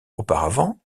auparavant